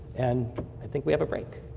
and i think we have a break.